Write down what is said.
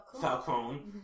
Falcone